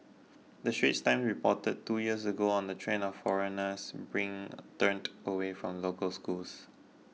the Straits Times reported two years ago on the trend of foreigners bring turned away from local schools